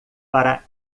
para